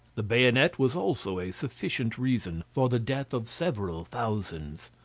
the bayonet was also a sufficient reason for the death of several thousands.